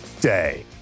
day